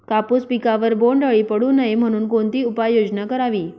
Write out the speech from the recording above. कापूस पिकावर बोंडअळी पडू नये म्हणून कोणती उपाययोजना करावी?